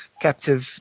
captive